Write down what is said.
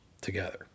together